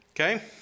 Okay